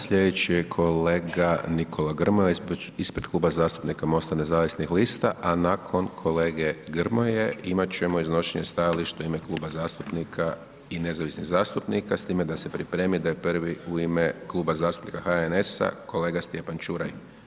Slijedeći je kolega Nikola Grmoja ispred Kluba zastupnika MOST-a nezavisnih lista, a nakon kolege Grmoje imat ćemo iznošenje stajališta u ime Kluba zastupnika i nezavisnih zastupnika s time da se pripremi da je prvi u ime Kluba zastupnika HNS-a kolega Stjepan Čuraj.